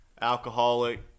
alcoholic